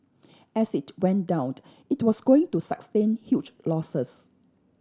as it went down it was going to sustain huge losses